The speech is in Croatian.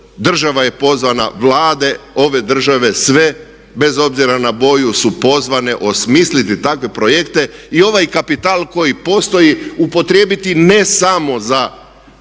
Država je pozvana Vlade, ove države, sve bez obzira na boju su pozvane osmisliti takve projekte i ovaj kapital koji postoji upotrijebiti ne samo za